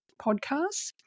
podcast